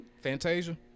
Fantasia